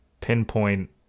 pinpoint